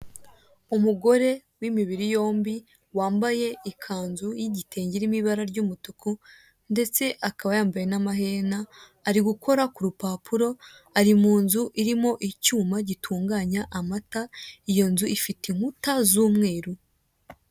Umugore w'imibiri yombi wambaye ikanzu y'igitenge irimo ibara ry'umutuku, ndetse akaba yambaye n'amaherena, ari gukora ku rupapuro, ari mu nzu irimo icyuma gitunganya amata, iyo nzu ifite inkuta z'umweru.